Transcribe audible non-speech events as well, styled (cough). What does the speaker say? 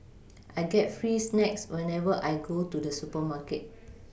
I get free snacks whenever I go to the supermarket (noise)